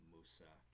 Musa